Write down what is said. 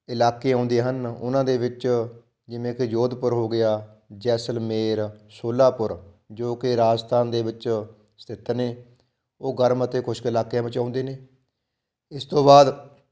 ਇਲਾਕੇ ਆਉਂਦੇ ਹਨ ਉਹਨਾਂ ਦੇ ਵਿੱਚ ਜਿਵੇਂ ਕਿ ਜੋਧਪੁਰ ਹੋ ਗਿਆ ਜੈਸਲਮੇਰ ਸੋਲਾਪੁਰ ਜੋ ਕਿ ਰਾਜਸਥਾਨ ਦੇ ਵਿੱਚ ਸਥਿਤ ਨੇ ਉਹ ਗਰਮ ਅਤੇ ਖੁਸ਼ਕ ਇਲਾਕਿਆਂ ਵਿੱਚ ਆਉਂਦੇ ਨੇ ਇਸ ਤੋਂ ਬਾਅਦ